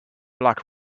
black